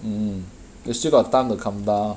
mm you still got time to come down